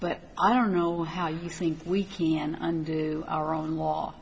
but i don't know how you think we can on our own law